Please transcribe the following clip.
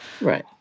Right